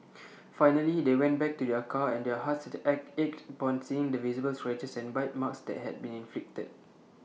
finally they went back to their car and their hearts at ached upon seeing the visible scratches and bite marks that had been inflicted